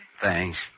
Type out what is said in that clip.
Thanks